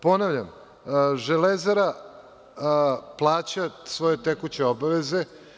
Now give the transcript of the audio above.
Ponavljam, „Železara“ plaća svoje tekuće obaveze.